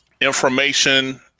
information